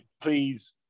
please